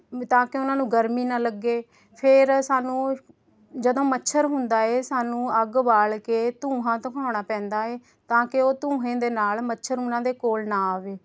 ਤਾਂ ਕਿ ਉਨ੍ਹਾਂ ਨੂੰ ਗਰਮੀ ਨਾ ਲੱਗੇ ਫੇਰ ਸਾਨੂੰ ਜਦੋਂ ਮੱਛਰ ਹੁੰਦਾ ਏ ਸਾਨੂੰ ਅੱਗ ਬਾਲ ਕੇ ਧੂੰਹਾਂ ਧੂਖਾਉਣਾ ਪੈਂਦਾ ਏ ਤਾਂ ਕਿ ਉਹ ਧੂੰਹੇਂ ਦੇ ਨਾਲ ਮੱਛਰ ਉਨ੍ਹਾਂ ਦੇ ਕੋਲ ਨਾ ਆਵੇ